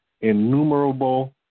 innumerable